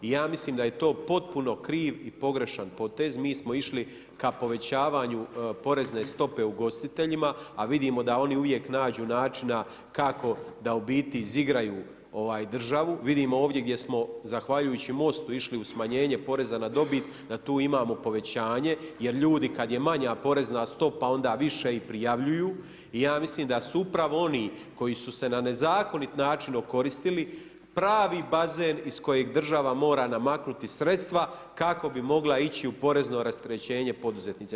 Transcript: Ja mislim da je potpuno kriv i pogrešan potez, mi smo išli ka povećavanju porezne stope ugostiteljima, a vidimo da oni uvijek nađu načina kako da ubiti izigraju državu, vidimo ovdje gdje smo zahvaljujući MOST-u išli u smanjenje poreza na dobit, da tu imamo povećanje jer ljudi kad je manja porezna stopa onda više i prijavljuju i ja mislim da su upravo oni koji su se na nezakoniti načini okoristili, pravi bazen iz kojeg država mora namaknuto sredstva kako bi mogla ići u porezno rasterećenje poduzetnicima.